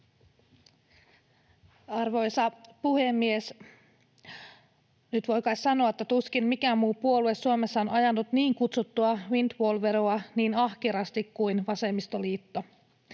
Arvoisa puhemies! Nyt voi kai sanoa, että tuskin mikään muu puolue Suomessa on ajanut niin kutsuttua windfall-veroa niin ahkerasti kuin vasemmistoliitto.